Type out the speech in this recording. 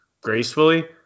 gracefully